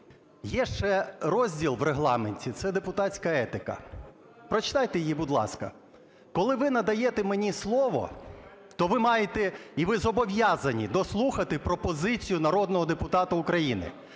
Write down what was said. є ще розділ в Регламенті – це депутатська етика. Прочитайте її, будь ласка. Коли ви надаєте мені слово, то ви маєте, і ви зобов'язані дослухати пропозицію народного депутата України.